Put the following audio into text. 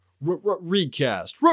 Recast